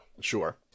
Sure